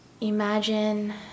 imagine